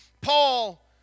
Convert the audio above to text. Paul